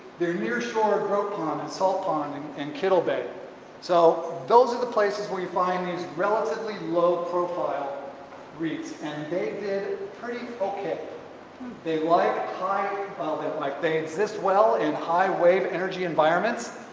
they're near shoreline grootpan and salt pond and and kittel bay so those are the places where you find these relatively low profile reefs and they did pretty okay they like high wave, well they like they exist well in high wave energy environments,